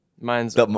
mine's